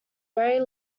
very